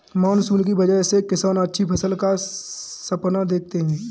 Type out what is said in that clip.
monsoon की वजह से किसान अच्छी फसल का सपना देखते हैं